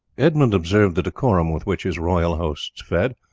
edmund observed the decorum with which his royal hosts fed,